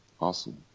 Awesome